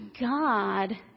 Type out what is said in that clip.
god